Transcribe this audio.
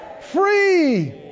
free